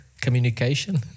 communication